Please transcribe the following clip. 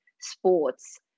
sports